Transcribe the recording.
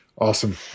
Awesome